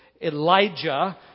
Elijah